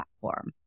platform